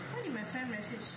why did my friend message